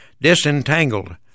disentangled